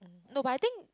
no but I think